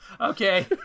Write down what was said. Okay